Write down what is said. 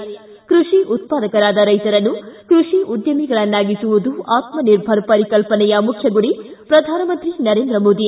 ಿ ಕೃಷಿ ಉತ್ಪಾದಕರಾದ ರೈತರನ್ನು ಕೃಷಿ ಉದ್ದಮಿಗಳನ್ನಾಗಿಸುವುದು ಆತ್ಮಿರ್ಭರ ಪರಿಕಲ್ಪನೆಯ ಮುಖ್ಯ ಗುರಿ ಪ್ರಧಾನಮಂತ್ರಿ ನರೇಂದ್ರ ಮೋದಿ